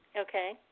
Okay